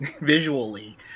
visually